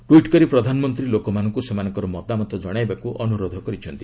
tweet କରି ପ୍ରଧାନମନ୍ତ୍ରୀ ଲୋକମାନଙ୍କୁ ସେମାନଙ୍କର ମତାମତ ଜଣାଇବାକୁ ଅନୁରୋଧ କରିଛନ୍ତି